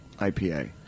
IPA